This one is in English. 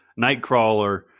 Nightcrawler